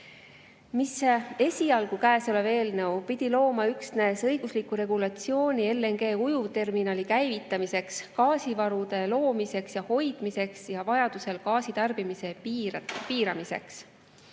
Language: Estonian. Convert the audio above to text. mis esialgu pidi looma üksnes õiguslikku regulatsiooni LNG‑ujuvterminali käivitamiseks, gaasivarude loomiseks ja hoidmiseks ja vajaduse korral gaasi tarbimise piiramiseks.